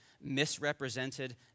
misrepresented